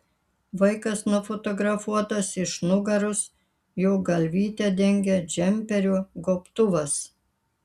vaikas nufotografuotas iš nugaros jo galvytę dengia džemperio gobtuvas